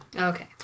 Okay